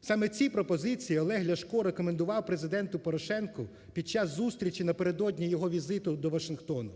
Саме ці пропозиції Олег Ляшко рекомендував Президенту Порошенку під час зустрічі напередодні його візу до Вашингтону.